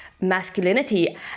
masculinity